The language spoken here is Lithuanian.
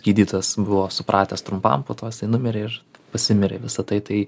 gydytojas buvo supratęs trumpam po to jisai numirė ir pasimirė visa tai tai